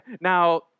Now